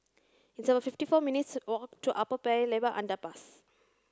it's about fifty four minutes walk to Upper Paya Lebar Underpass